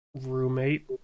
roommate